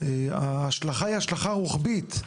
ההשלכה היא השלכה רוחבית,